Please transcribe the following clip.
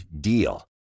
DEAL